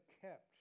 kept